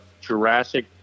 Jurassic